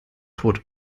tot